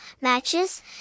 matches